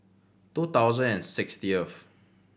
two thousand and sixtieth